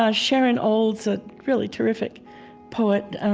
ah sharon olds, a really terrific poet, and